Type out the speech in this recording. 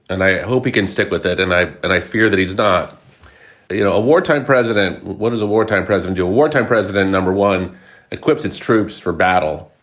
and i hope you can stick with it. and i and i fear that he's not you know a wartime president what does a wartime president do? a wartime president. no one equips its troops for battle.